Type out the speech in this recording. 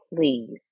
Please